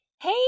Hey